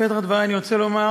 בפתח דברי אני רוצה לומר